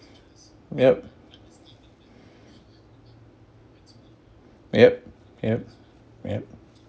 yup yup yup yup